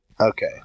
Okay